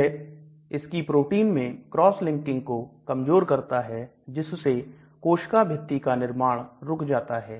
यह इसकी प्रोटीन में cross linking को कमजोर करता है जिससे कोशिका भित्ति का निर्माण रुक जाता है